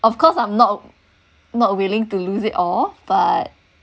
of course I'm not not willing to lose it all but